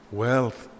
wealth